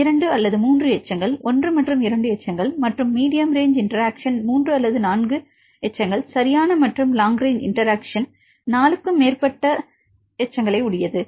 2 அல்லது 3 எச்சங்கள் 1 மற்றும் 2 எச்சங்கள் மற்றும் மீடியம் ரேங்ச் இன்டெராக்ஷன் 3 அல்லது 4 எச்சங்கள் சரியான மற்றும் லாங் ரேங்ச் இன்டெராக்ஷன் 4 க்கும் மேற்பட்ட எச்சங்களை உடையது